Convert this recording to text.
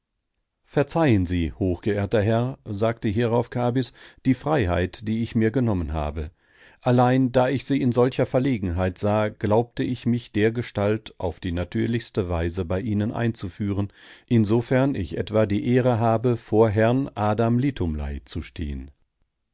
verzeihen sie hochgeehrter herr sagte hierauf kabys die freiheit die ich mir genommen habe allein da ich sie in solcher verlegenheit sah glaubte ich mich dergestalt auf die natürlichste weise bei ihnen einzuführen insofern ich etwa die ehre habe vor herrn adam litumlei zu stehen